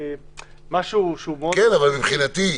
כן, אבל מבחינתי,